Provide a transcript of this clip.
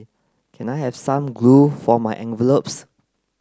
can I have some glue for my envelopes